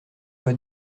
pas